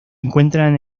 encuentran